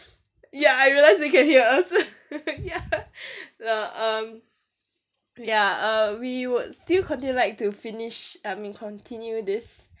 ya I realised they can hear us ya the um ya err we would still continue like to finish err I mean continue this